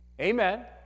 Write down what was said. Amen